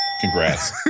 congrats